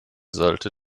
sollte